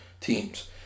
teams